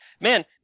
Man